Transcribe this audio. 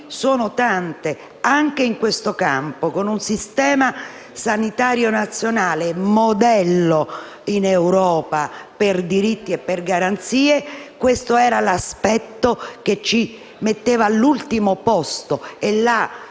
sono tante anche in questo campo. Con un Servizio sanitario nazionale modello in Europa per diritti e garanzie, questo era l'aspetto che ci poneva all'ultimo posto per